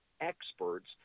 experts